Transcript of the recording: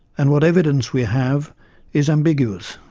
and what evidence we have is ambiguous.